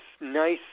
nice